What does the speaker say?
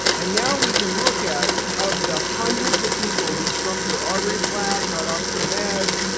and now we can look at of the hundreds of people who have shrunk their artery plaque, got off their meds,